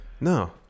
No